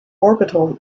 orbital